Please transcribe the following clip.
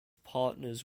partners